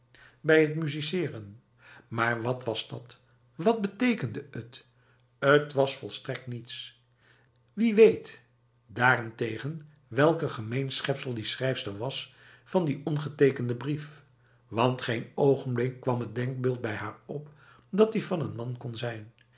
bij het musiceren maar wat was dat wat betekende het het was volstrekt niets wie weet daarentegen welk een gemeen schepsel die schrijfster was van die ongetekende brief want geen ogenblik kwam het denkbeeld bij haar op dat die van n man kon zijn